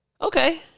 Okay